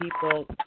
people